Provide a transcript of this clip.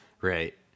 Right